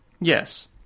Yes